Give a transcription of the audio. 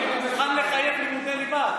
אם הוא מוכן לחייב לימודי ליבה,